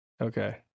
Okay